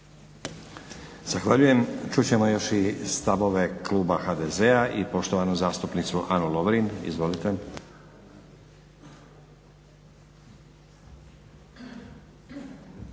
Zahvaljuje. Čut ćemo još stavove kluba HDZ-a i poštovanu zastupnicu Anu Lovrin. Izvolite.